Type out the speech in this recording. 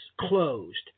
closed